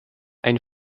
ein